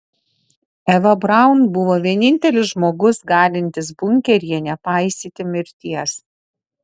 eva braun buvo vienintelis žmogus galintis bunkeryje nepaisyti mirties